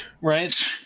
right